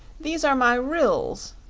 these are my ryls,